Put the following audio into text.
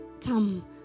come